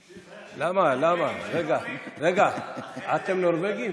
למה, למה, רגע, אתם נורבגים?